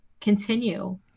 continue